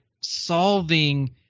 solving